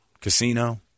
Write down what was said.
casino